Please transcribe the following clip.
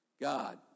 God